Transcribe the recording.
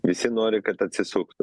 visi nori kad atsisuktų